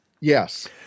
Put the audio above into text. Yes